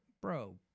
bro